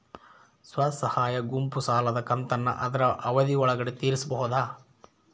ಸ್ವಸಹಾಯ ಗುಂಪು ಸಾಲದ ಕಂತನ್ನ ಆದ್ರ ಅವಧಿ ಒಳ್ಗಡೆ ತೇರಿಸಬೋದ?